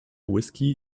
whiskey